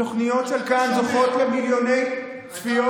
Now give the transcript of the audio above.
התוכניות של כאן, זוכות למיליוני צפיות,